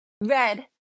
red